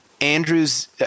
Andrew's